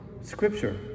scripture